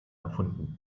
erfunden